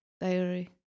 diary